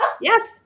Yes